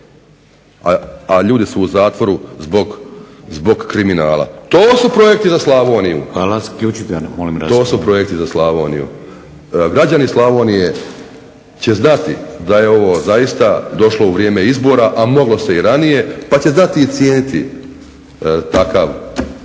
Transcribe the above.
To su projekti za Slavoniju. To su projekti za Slavoniju. Građani Slavonije će znati da je ovo došlo u vrijeme izbora, a moglo se i ranije pa će znati i cijeniti takav